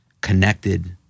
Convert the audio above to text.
connected